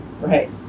Right